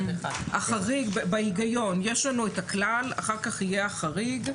יש לנו את הכלל, אחר כך יהיה החריג,